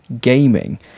Gaming